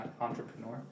entrepreneur